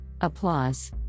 Applause